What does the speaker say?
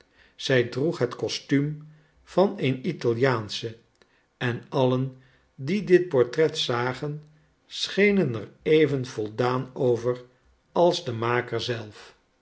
zij droeg het costuum van een italiaansche en allen die dit portret zagen schenen er even voldaan over als de maker zelf